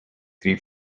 three